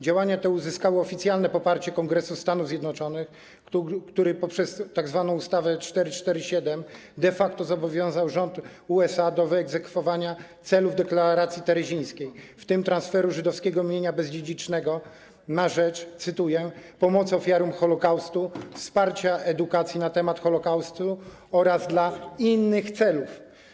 Działania te uzyskały oficjalne poparcie Kongresu Stanów Zjednoczonych, który poprzez tzw. ustawę 447 de facto zobowiązał rząd USA do wyegzekwowania celów deklaracji terezińskiej, w tym transferu żydowskiego mienia bezdziedzicznego na rzecz - cytuję - pomocy ofiarom Holokaustu, wsparcia edukacji na temat Holokaustu oraz dla innych celów.